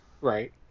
Right